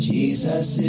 Jesus